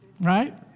right